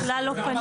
כלל לא פנו.